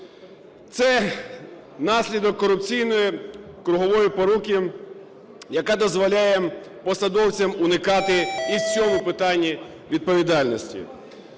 Це наслідок корупційної кругової поруки, яка дозволяє посадовцям уникати і в цьому питанні відповідальності.